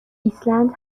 ایسلند